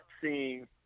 seeing